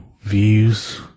views